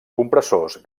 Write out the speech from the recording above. compressors